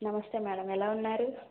నమస్తే మేడం ఎలా ఉన్నారు